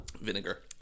Vinegar